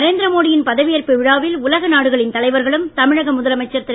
நரேந்திரமோடியின் பதவியேற்பு விழாவில் உலக நாடுகளின் தலைவர்களும் தமிழக முதலமைச்சர் திரு